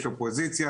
יש אופוזיציה,